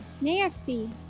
Nasty